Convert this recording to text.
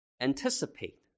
Anticipate